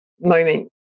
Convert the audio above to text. moment